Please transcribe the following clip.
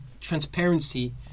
transparency